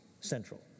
central